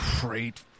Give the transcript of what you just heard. great